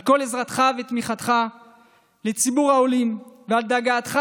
על כל עזרתך ותמיכתך לציבור העולים ועל דאגתך